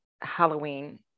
Halloween